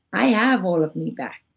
i have all of me back.